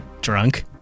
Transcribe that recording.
drunk